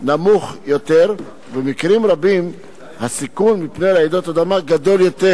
נמוך יותר ובמקרים רבים הסיכון מפני רעידות אדמה גדול יותר,